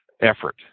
effort